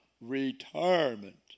Retirement